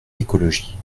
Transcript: écologie